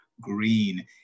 Green